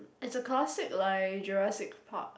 it's a classic like Jurassic Park